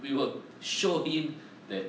we work show him that